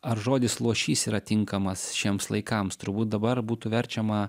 ar žodis luošys yra tinkamas šiems laikams turbūt dabar būtų verčiama